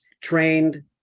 trained